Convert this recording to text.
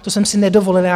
To jsem si nedovolila.